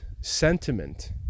sentiment